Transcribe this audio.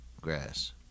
grass